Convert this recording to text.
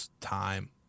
time